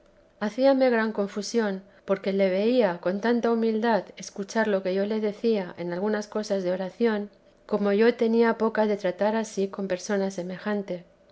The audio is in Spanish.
hacíame gran confusión porque le veía con tanta humildad escuchar lo que yo le decía en algunas cosas de oración como yo tenía poca de tratar ansí con personas semejantes